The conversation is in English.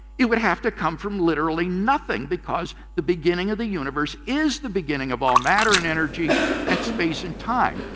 it would have to come from literally nothing because the beginning of the universe is the beginning of all matter and energy and space and time.